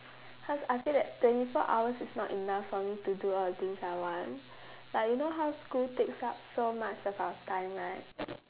cause I feel that twenty four hours is not enough for me to do all the things I want like you know how school takes up so much of our time right